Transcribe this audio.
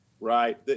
Right